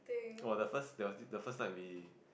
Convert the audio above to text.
oh the first there was this the first time we